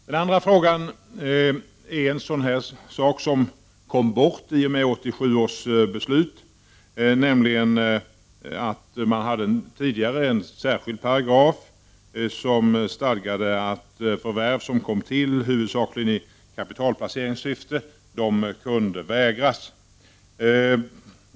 Den andra frågan gäller en sak som kom bort i och med 1987 års beslut. Det fanns tidigare en paragraf, som stadgade att förvärv som kom till huvudsakligen i kapitalplaceringssyfte kunde förvägras.